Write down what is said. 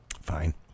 Fine